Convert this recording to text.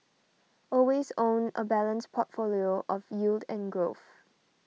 always own a balanced portfolio of yield and growth